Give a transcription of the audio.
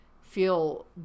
feel